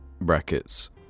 Brackets